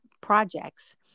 projects